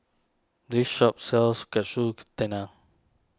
this shop sells Katsu Tendon